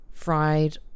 Fried